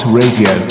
radio